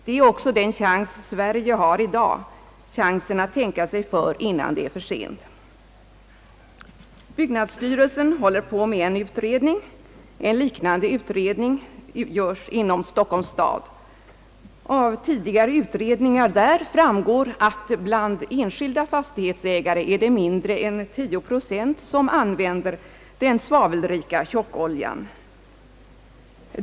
Det är också den chans Sverige har i dag, chansen att tänka sig för innan det är för sent.» Byggnadsstyrelsen håller på med en utredning. En liknande utredning görs inom Stockholms stad. Av tidigare utredningar där framgår att bland enskilda fastighetsägare är det mindre än 10 procent som använder den svavelrika tjockoljan.